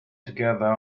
together